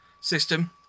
system